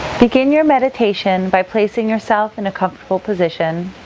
begin your meditation by placing yourself in a comfortable position.